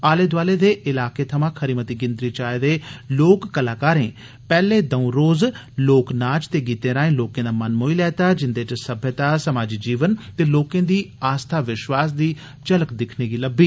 आले दोआले दे इलाकें थमां खरी मती गिनत्री च आए दे लोक कलाकारें पैहले द'ऊं रोज लोक नाच ते गीतें राएं लोकें दा मन मोही लैता जिंदे च सम्यता समाजी जीवन ते लोकें दी आस्था विष्वास दी झलक दिक्खने गी लब्बी